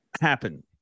happen